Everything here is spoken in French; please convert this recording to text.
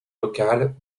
locales